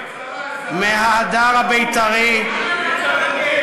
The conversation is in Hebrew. גם שרה,